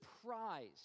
surprised